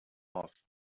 off